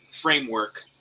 framework